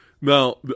Now